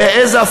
והעזה,